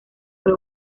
fue